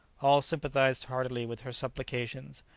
all sympathized heartily with her supplications,